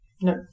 No